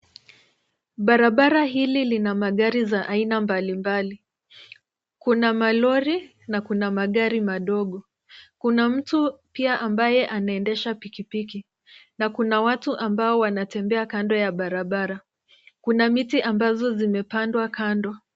Barabara hili lina magari za aina mbalimbali. Kuna malori na kuna magari madogo. Kuna mtu pia ambaye anaendesha pikipiki. Na kuna watu ambao wanatembea kando ya barabara. Kuna miti ambazo zimepandwa kando.